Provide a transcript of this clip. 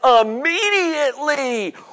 immediately